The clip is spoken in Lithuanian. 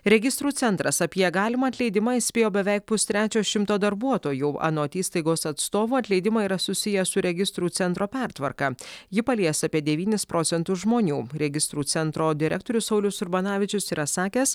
registrų centras apie galimą atleidimą įspėjo beveik pustrečio šimto darbuotojų anot įstaigos atstovų atleidimai yra susiję su registrų centro pertvarka ji palies apie devynis procentus žmonių registrų centro direktorius saulius urbanavičius yra sakęs